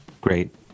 great